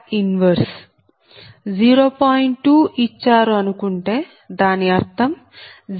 2 ఇచ్చారు అనుకుంటే దాని అర్థం 0